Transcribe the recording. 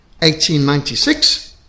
1896